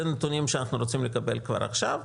אלה נתונים שאנחנו רוצים לקבל כבר עכשיו.